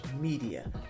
Media